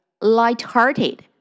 Lighthearted